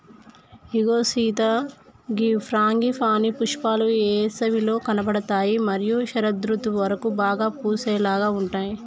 ఇగో సీత గీ ఫ్రాంగిపానీ పుష్పాలు ఏసవిలో కనబడుతాయి మరియు శరదృతువు వరకు బాగా పూసేలాగా ఉంటాయి